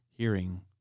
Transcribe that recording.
hearing